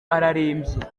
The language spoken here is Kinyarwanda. ararembye